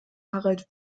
harald